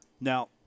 Now